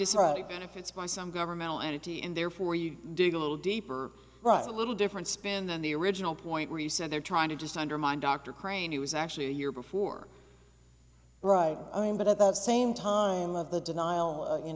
benefits by some governmental entity and therefore you dig a little deeper right a little different spin than the original point where you said they're trying to just undermine dr crane he was actually a year before right i mean but at the same time of the denial you